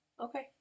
Okay